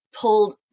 pulled